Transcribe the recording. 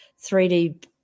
3D